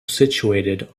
situated